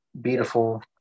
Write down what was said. Beautiful